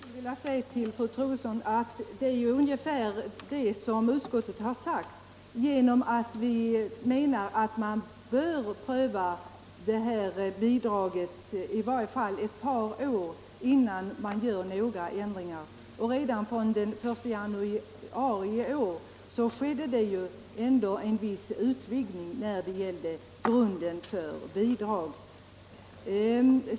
Herr talman! Jag skulle vilja säga till fru Troedsson att det är ju ungefär detta som utskottet har sagt. Vi menar att man bör pröva det här bidraget i varje fall ett par år innan man gör några ändringar. Redan från den I januari i år skedde det ändå en viss utvidgning när det gällde grunden för bidrag.